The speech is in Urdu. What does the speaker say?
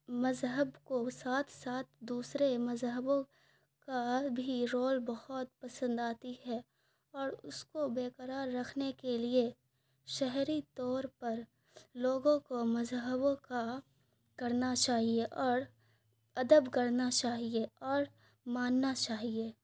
مذہب کو ساتھ ساتھ دوسرے مذہبوں کا بھی رول بہت پسند آتی ہے اور اس کو بے قرار رکھنے کے لیے شہری طور پر لوگوں کو مذہبوں کا کرنا چاہیے اور ادب کرنا چاہیے اور ماننا چاہیے